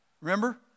Remember